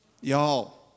Y'all